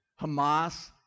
Hamas